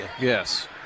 Yes